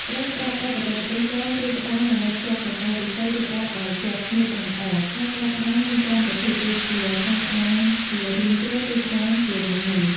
ត្រូវប្រើប្រាស់បច្ចេកទេស ចង ឬ ត្បាញ ដើម្បីភ្ជាប់សរសៃឫស្សី ឬផ្តៅឲ្យជាប់គ្នាបានល្អ ហើយការត្បាញមានច្រើនប្រភេទ ដូចជា ការត្បាញជារាងជ្រុង ឬត្បាញជារាងមូល។